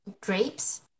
grapes